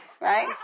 right